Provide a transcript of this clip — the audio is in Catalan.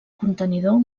contenidor